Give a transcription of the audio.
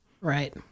Right